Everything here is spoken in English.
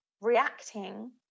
reacting